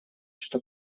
что